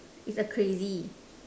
it's a crazy